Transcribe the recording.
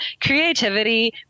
creativity